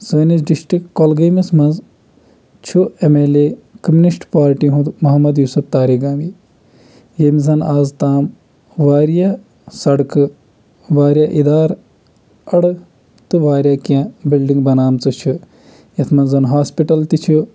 سٲنِس ڈِسٹرک کۄلگٲمِس منٛز چھُ M L A communist party ہُنٛد محمد یوسف تاریگامی ییٚمۍ زَن آز تام واریاہ سڑکہٕ واریاہ اِدارٕ اَڈٕ تہٕ واریاہ کیٚنٛہہ بِلڈِنٛگ بَنامژٕ چھِ یَتھ منٛز ہاسپِٹل تہِ چھِ